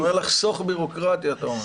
לחסוך בירוקרטיה, אתה אומר.